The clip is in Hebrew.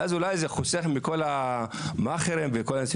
ואז אולי זה חוסך מכל המעכרים וכל האנשים